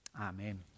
Amen